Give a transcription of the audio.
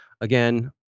again